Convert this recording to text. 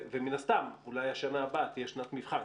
ומן הסתם אולי בשנה הבאה תהיה שנת מבחן,